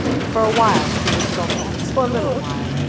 for a while she was sulky for a little while,